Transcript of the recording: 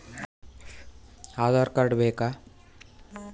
Aadhaar card ಬೇಕಾ?